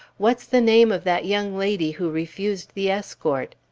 what's the name of that young lady who refused the escort?